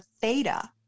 theta